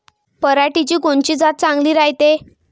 पऱ्हाटीची कोनची जात चांगली रायते?